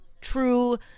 true